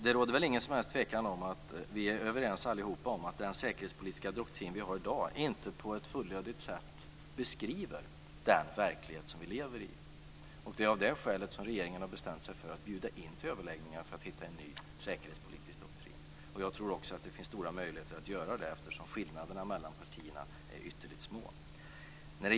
Det råder väl ingen som helst tvekan om att vi allihop är överens om att den säkerhetspolitiska doktrin vi har i dag inte på ett fullödigt sätt beskriver den verklighet som vi lever i. Av det skälet har regeringen bestämt sig för att bjuda in till överläggningar för att hitta en ny säkerhetspolitisk doktrin. Jag tror också att det finns stora möjligheter att göra det, eftersom skillnaderna mellan partierna är ytterligt små.